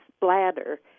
bladder